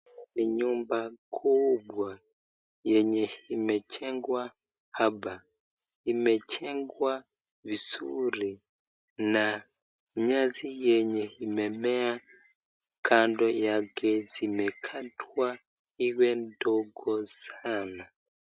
Ni nyumba kubwa yenye imejengwa hapa, imejengwa vizuri na nyasi yenye imemea kando yake zimekatwa iwe ndogo sana.